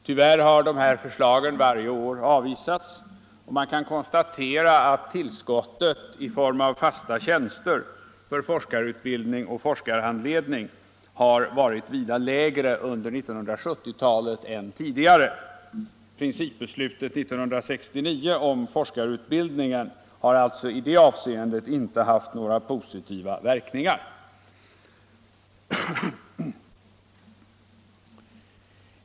Tyvärr har detta förslag varje år avvisats, och man kan konstatera att tillskottet i form av fasta tjänster för forskarutbildning och forskarhandledning har varit vida lägre under 1970-talet än tidigare. Principbeslutet år 1969 om forskarutbildning har alltså i det avseendet inte haft några positiva verkningar.